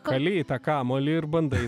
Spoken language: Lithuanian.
kali į tą kamuolį ir bandai